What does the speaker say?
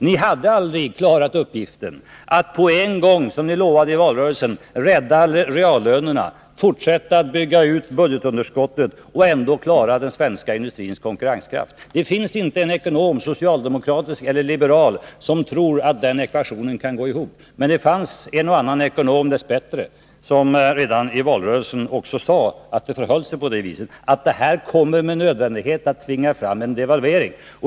Ni hade aldrig gått i land med uppgiften att, som ni lovade i valrörelsen, rädda reallönerna, fortsätta att öka budgetunderskottet och samtidigt klara den svenska industrins konkurrenskraft. Det finns inte en ekonom, socialdemokratisk eller liberal, som tror att den ekvationen kan gå ihop. Det fanns också en och annan ekonom som sade det också: att det med nödvändighet kommer att tvingas fram en devalvering.